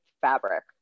fabric